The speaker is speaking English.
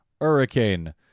hurricane